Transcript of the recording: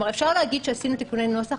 כלומר, אפשר להגיד שעשינו תיקוני נוסח.